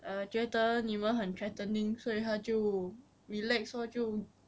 err 觉得你们很 threatening 所以他就 relax lor 就